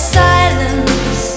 silence